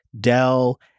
Dell